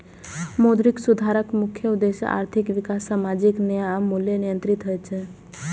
मौद्रिक सुधारक मुख्य उद्देश्य आर्थिक विकास, सामाजिक न्याय आ मूल्य नियंत्रण होइ छै